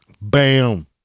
Bam